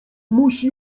musi